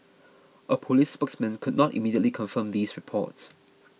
a police spokesman could not immediately confirm these reports